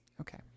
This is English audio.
Okay